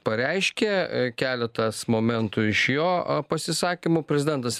pareiškė keletas momentų iš jo pasisakymų prezidentas